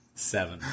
seven